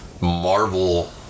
Marvel